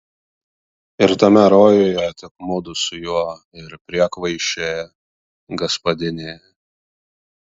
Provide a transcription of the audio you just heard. ir tame rojuje tik mudu su juo ir priekvaišė gaspadinė